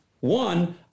one